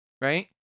Right